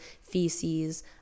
feces